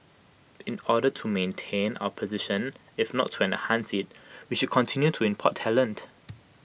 in order to maintain our position if not to enhance IT we should continue to import talent